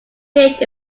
date